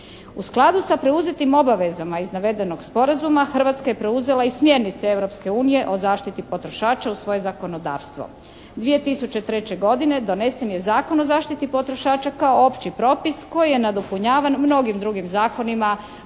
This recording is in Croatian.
U skladu sa preuzetim obavezama iz navedenog sporazuma Hrvatska je preuzela i smjernice Europske unije o zaštiti potrošača u svoje zakonodavstvo. 2003. godine donesen je Zakon o zaštiti potrošača kao opći propis koji je nadopunjavan mnogim drugim zakonima.